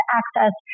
access